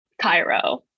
Cairo